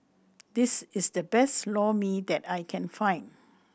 this is the best Lor Mee that I can find